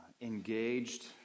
engaged